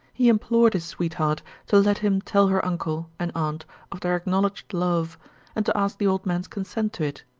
he implored his sweetheart to let him tell her uncle and aunt of their acknowledged love and to ask the old man's consent to it,